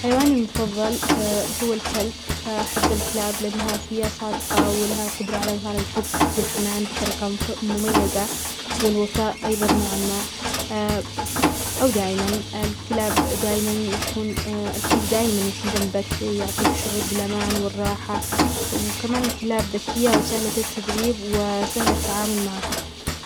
حيواني المفظل هو الكلب أحب الكلب لأنه فيه صادقة و لها قدرة على ادغال الحب والحنان بطريقة مميزة والوفاء ايظا نوعا ما او دائما الكلب دائما يكون جنبك يعطيك شعور بالامان والراحة و كما الكلاب ذكية و سهلة التدريب و سهلة التعامل معها.